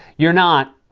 you're not.